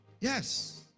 yes